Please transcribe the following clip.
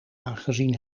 aangezien